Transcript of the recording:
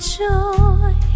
joy